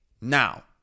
Now